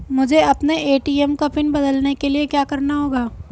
मुझे अपने ए.टी.एम का पिन बदलने के लिए क्या करना होगा?